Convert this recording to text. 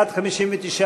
משרד החקלאות,